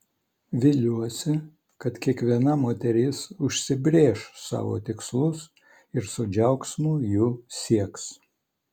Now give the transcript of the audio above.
viliuosi kad kiekviena moteris užsibrėš savo tikslus ir su džiaugsmu jų sieks